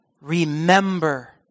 Remember